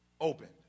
opened